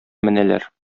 менәләр